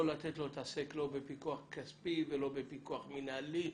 לא לתת לו להתעסק לא בפיקוח כספי ולא בפיקוח מנהלי.